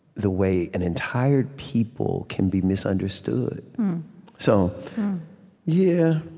the way an entire people can be misunderstood so yeah,